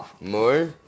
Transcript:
More